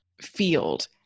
field